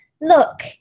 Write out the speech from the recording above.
look